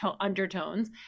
undertones